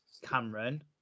Cameron